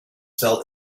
fell